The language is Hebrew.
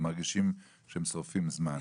הם מרגישים שהם שורפים זמן.